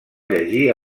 llegir